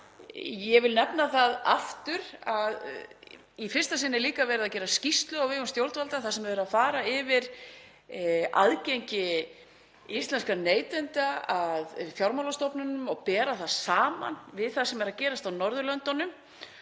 Ég vil nefna það aftur að í fyrsta sinn er líka verið að gera skýrslu á vegum stjórnvalda þar sem farið er yfir aðgengi íslenskra neytenda að fjármálastofnunum og bera það saman við það sem er að gerast á Norðurlöndunum